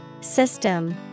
System